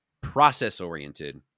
Process-oriented